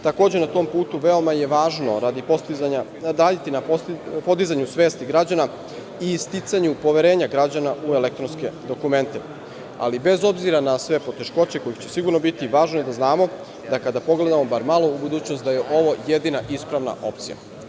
Takođe, na tom putu veoma je važno raditi na podizanju svesti građana i sticanju poverenja građana u elektronske dokumente, ali bez obzira na sve poteškoće, kojih će sigurno biti, važno je da znamo da kada pogledamo bar malo u budućnost, da je ovo jedina ispravna opcija.